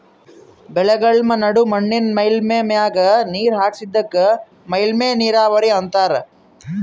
ಬೆಳೆಗಳ್ಮ ನಡು ಮಣ್ಣಿನ್ ಮೇಲ್ಮೈ ಮ್ಯಾಗ ನೀರ್ ಹರಿಸದಕ್ಕ ಮೇಲ್ಮೈ ನೀರಾವರಿ ಅಂತಾರಾ